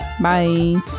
Bye